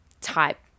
type